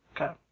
Okay